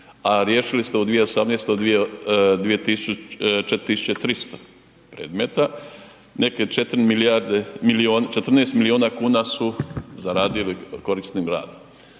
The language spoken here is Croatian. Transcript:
a riješili ste u 2018. 4300 predmeta, nekih 14 milijuna kuna su zaradili korisnim radom.